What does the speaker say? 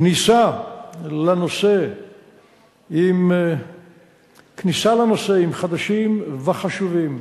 הכניסה לנושא עם חדשים וחשובים,